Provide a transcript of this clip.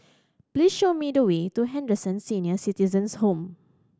please show me the way to Henderson Senior Citizens' Home